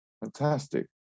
fantastic